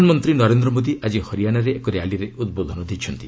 ପ୍ରଧାନମନ୍ତ୍ରୀ ନରେନ୍ଦ୍ର ମୋଦି ଆକି ହରିଆଣାରେ ଏକ ର୍ୟାଲିରେ ଉଦ୍ବୋଧନ ଦେଇଛନ୍ତି